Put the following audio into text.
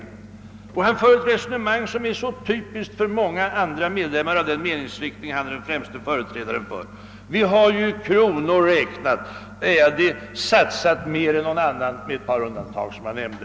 Statsministern för ett resonemang som är så typiskt för många anhängare av den meningsriktning som han är den främste företrädaren för, t.ex. att vi har i kronor räknat satsat mer än någon annan, med ett par undantag som han nämnde.